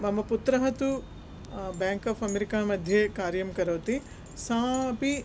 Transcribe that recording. मम पुत्रः तु बाङ्क् ओफ़् अमेरिकामध्ये कार्यं करोति सः अपि